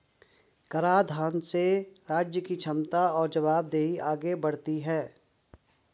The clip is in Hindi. कराधान से राज्य की क्षमता और जवाबदेही आगे बढ़ती है